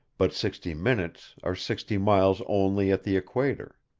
but sixty minutes are sixty miles only at the equator.